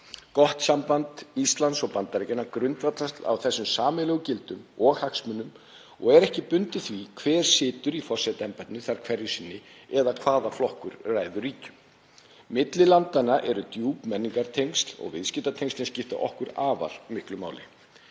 Gott samband Íslands og Bandaríkjanna grundvallast á þessum sameiginlegu gildum og hagsmunum og er ekki bundið því hver situr í forsetaembættinu þar hverju sinni eða hvaða flokkur ræður ríkjum. Milli landanna eru djúp menningartengsl og viðskiptatengslin skipta okkur afar miklu máli.